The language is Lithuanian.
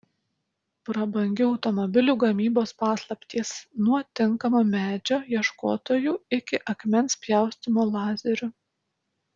prabangių automobilių gamybos paslaptys nuo tinkamo medžio ieškotojų iki akmens pjaustymo lazeriu